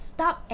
Stop